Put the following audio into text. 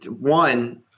one